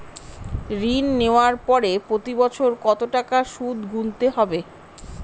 ঋণ নেওয়ার পরে প্রতি বছর কত টাকা সুদ গুনতে হবে?